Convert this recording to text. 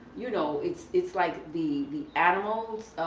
you know, it's it's like the the animals,